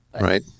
Right